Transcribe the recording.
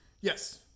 Yes